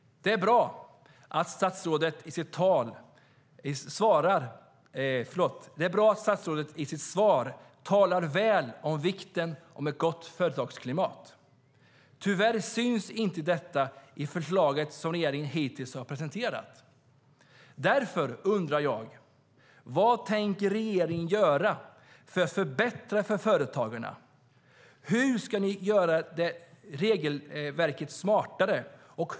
Det är bra att statsrådet i sitt svar talar väl om vikten av ett gott företagsklimat. Tyvärr syns inte detta i förslaget som regeringen hittills har presenterat. Därför undrar jag: Vad tänker regeringen göra för att förbättra för företagarna? Hur ska ni göra regelverket smartare?